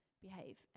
behave